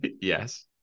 Yes